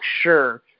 sure